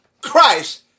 Christ